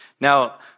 Now